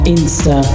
Insta